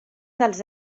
dels